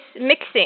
mixing